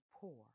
poor